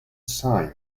sign